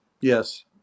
Yes